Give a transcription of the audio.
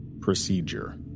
Procedure